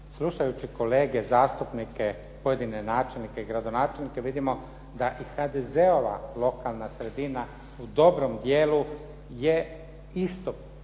Slušajući kolege zastupnike pojedine načelnike i gradonačelnike vidimo da i HDZ-ova lokalne sredina u dobrom dijelu je isto donijela